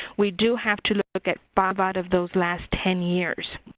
we do have to look at five out of those last ten years.